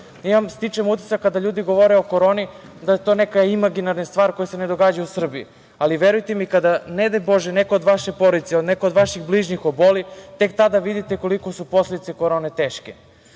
osobe. Stičem utisak kada ljudi govore o koroni da je to neka imaginarna stvar koja se ne događa u Srbiji. Ali, verujte mi kada ne daj bože neko od vaše porodice ili neko od vaših bližnjih oboli, tek tada vidite koliko su posledice korone teške.